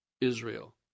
Israel